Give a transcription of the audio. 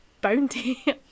bounty